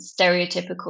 stereotypical